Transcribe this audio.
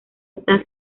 está